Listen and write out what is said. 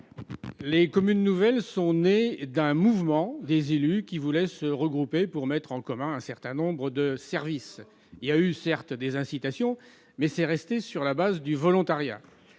Les communes nouvelles sont nées d'un mouvement des élus, qui voulaient se regrouper pour mettre en commun un certain nombre de services. Il y a certes eu des incitations, mais la fusion a gardé son